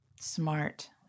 Smart